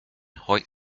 hoyt